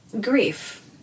grief